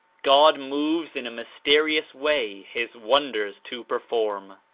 god moves in a mysterious way his wonders to perform!